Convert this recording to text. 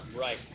right